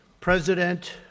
President